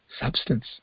substance